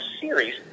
series